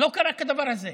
לא קרה כדבר הזה.